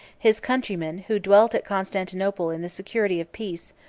his countrymen, who dwelt at constantinople in the security of peace,